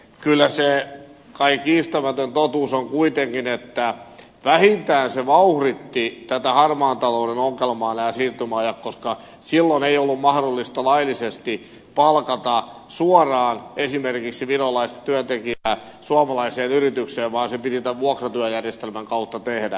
kyllä se kai kiistämätön totuus on kuitenkin että vähintään nämä siirtymäajat vauhdittivat tätä harmaan talouden ongelmaa koska silloin ei ollut mahdollista laillisesti palkata suoraan esimerkiksi virolaista työntekijää suomalaiseen yritykseen vaan se piti tämän vuokratyöjärjestelmän kautta tehdä